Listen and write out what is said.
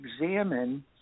examine